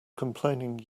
complaining